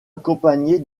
accompagnée